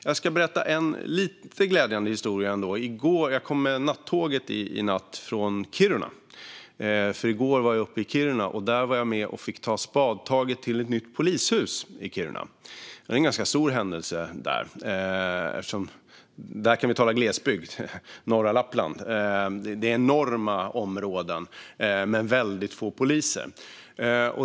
Jag ska ändå berätta en lite glädjande historia. Jag kom med nattåget i natt från Kiruna. I går var jag uppe i Kiruna. Där fick jag vara med och ta ett spadtag för ett nytt polishus. Det är en ganska stor händelse där. Där kan vi tala glesbygd - norra Lappland. Det är enorma områden men väldigt få poliser.